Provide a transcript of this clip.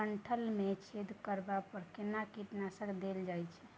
डंठल मे छेद करबा पर केना कीटनासक देल जाय?